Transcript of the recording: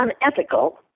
unethical